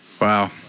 Wow